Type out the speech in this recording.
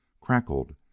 crackled